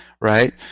right